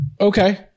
Okay